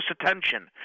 attention